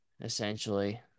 essentially